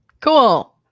Cool